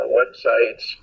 websites